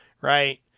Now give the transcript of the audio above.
Right